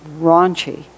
raunchy